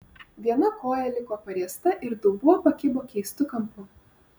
viena koja liko pariesta ir dubuo pakibo keistu kampu